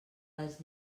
les